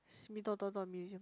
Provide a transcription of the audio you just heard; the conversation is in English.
simi dot dot dot museum